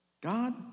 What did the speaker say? God